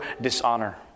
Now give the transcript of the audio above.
dishonor